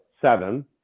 seven